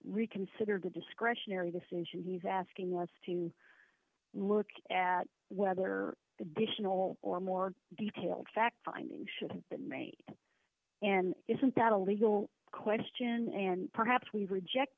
reconsider the discretionary decision he's asking us to look at whether additional or more detailed fact finding should have been made and isn't that a legal question and perhaps we reject